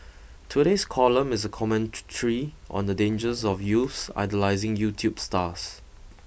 today's column is a commentary on the dangers of youths idolizing YouTube stars